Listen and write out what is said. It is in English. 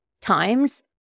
times